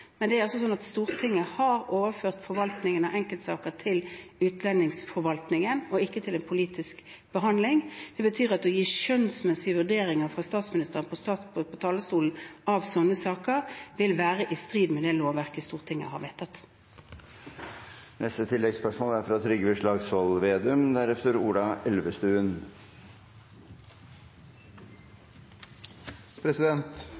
Stortinget har overført forvaltningen av enkeltsaker til utlendingsforvaltningen og ikke til politisk behandling. Det betyr at skjønnsmessige vurderinger av sånne saker fra statsministeren på talerstolen vil være i strid med det lovverket Stortinget har vedtatt. Trygve Slagsvold Vedum – til oppfølgingsspørsmål. Vi er